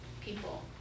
people